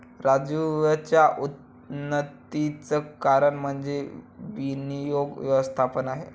राजीवच्या उन्नतीचं कारण म्हणजे विनियोग व्यवस्थापन आहे